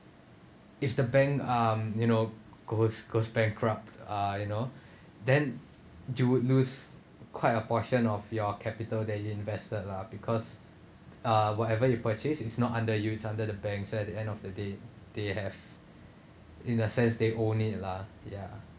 if the bank um you know goes goes bankrupt uh you know then you would lose quite a portion of your capital that you invested lah because uh whatever you purchase it's not under you it's under the banks so at the end of the day they have in a sense they own it lah ya